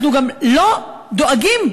אנחנו גם לא דואגים,